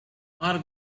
our